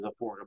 affordable